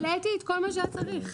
העליתי את כל מה שהיה צריך,